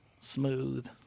smooth